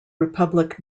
republic